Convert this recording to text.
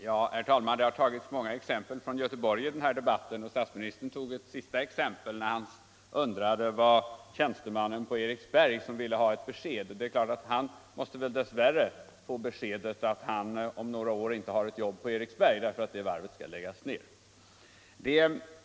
Herr talman! Det har tagits många exempel från Göteborg i denna debatt. Statsministern tog ett sista exempel när han undrade vad tjänstemannen på Eriksberg, som ville ha ett besked, skulle få för besked. Han måste väl dess värre få beskedet att han om några år inte har ett jobb på Eriksberg, därför att det varvet skall läggas ned.